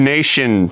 Nation